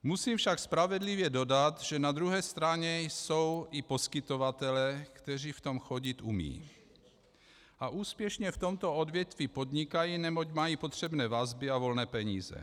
Musím však spravedlivě dodat, že na druhé straně jsou i poskytovatelé, kteří v tom chodit umí a úspěšně v tomto odvětví podnikají, neboť mají potřebné vazby a volné peníze.